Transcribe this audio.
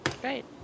Great